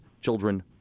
children